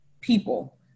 people